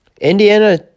Indiana